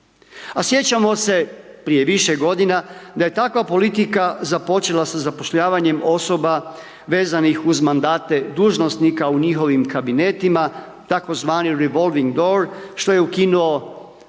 A sjećamo se prije više godina da je takva politika započela sa zapošljavanjem osoba vezanih uz mandate dužnosnika u njihovim kabinetima tzv. revolving dor, što je ukinuo